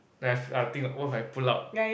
that's I think what if I pull out